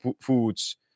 foods